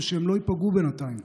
ושהן לא ייפגעו בינתיים.